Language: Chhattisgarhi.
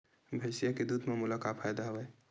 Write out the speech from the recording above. भैंसिया के दूध म मोला का फ़ायदा हवय?